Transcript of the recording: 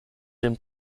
den